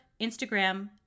Instagram